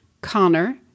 Connor